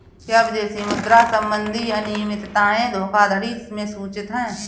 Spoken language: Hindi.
क्या विदेशी मुद्रा संबंधी अनियमितताएं धोखाधड़ी में सूचित हैं?